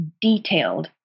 detailed